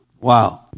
Wow